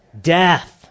death